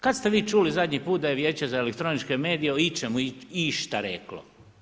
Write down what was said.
Kad ste vi čuli zadnji put da je Vijeće za elektroničke medije o ičemu išta reklo?